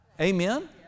Amen